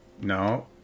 No